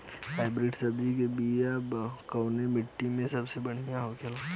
Hybrid सब्जी के बिया कवने मिट्टी में सबसे बढ़ियां होखे ला?